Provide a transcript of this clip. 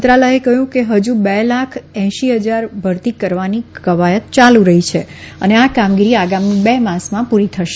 મંત્રાલયે કહયું કે હજુ બે લાખ એસી હજારની ભરતી કરવાની કવાયત યાલુ રહી છે અને આ કામગીરી આગામી બે માસમાં પુરી થશે